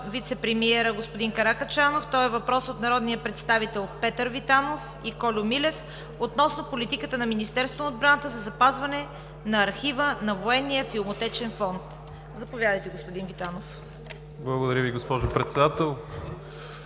вицепремиера – господин Каракачанов. Той е въпрос от народния представител Петър Витанов и Кольо Милев относно политиката на Министерство на отбраната за запазване на архива на Военния филмотечен фонд. Заповядайте, господин Витанов. ПЕТЪР ВИТАНОВ (БСП за